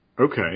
Okay